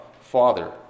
Father